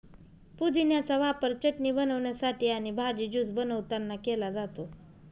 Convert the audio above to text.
पुदिन्याचा वापर चटणी बनवण्यासाठी आणि भाजी, ज्यूस बनवतांना केला जातो